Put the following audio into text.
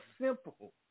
simple